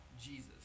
Jesus